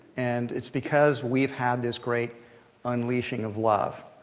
and it's because we've had this great unleashing of love.